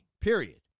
period